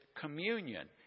communion